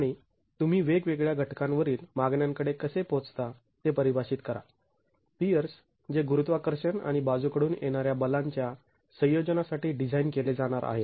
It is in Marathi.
आणि तुम्ही वेगवेगळ्या घटकांवरील मागण्यांकडे कसे पोहोचता ते परिभाषित करा पियर्स जे गुरुत्वाकर्षण आणि बाजूंकडून येणाऱ्या बलांच्या संयोजनासाठी डिझाईन केले जाणार आहेत